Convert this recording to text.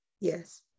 Yes